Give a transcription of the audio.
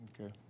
Okay